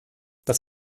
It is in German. das